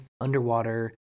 underwater